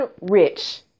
rich